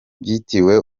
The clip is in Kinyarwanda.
byitiriwe